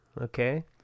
okay